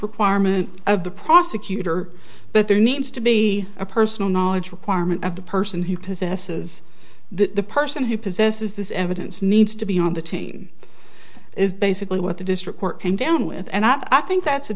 requirement of the prosecutor but there needs to be a personal knowledge requirement of the person he possesses the person who possesses this evidence needs to be on the team is basically what the district court came down with and i think that's a